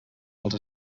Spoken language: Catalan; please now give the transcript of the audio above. els